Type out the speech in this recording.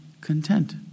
content